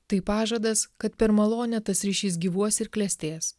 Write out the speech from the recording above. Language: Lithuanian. tai pažadas kad per malonę tas ryšys gyvuos ir klestės